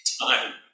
time